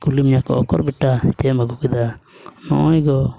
ᱠᱩᱞᱤ ᱢᱮᱭᱟ ᱠᱚ ᱩᱠᱩᱨ ᱵᱮᱴᱟ ᱪᱮᱫ ᱮᱢ ᱟᱹᱜᱩ ᱠᱮᱫᱟ ᱱᱚᱜᱼᱚᱸᱭ ᱜᱚ